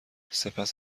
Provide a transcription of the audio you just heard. سپس